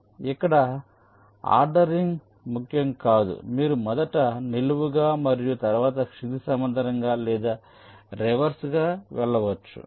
కాబట్టి ఇక్కడ ఆర్డరింగ్ ముఖ్యం కాదు మీరు మొదట నిలువుగా మరియు తరువాత క్షితిజ సమాంతరంగా లేదా రివర్స్ గా వెళ్ళవచ్చు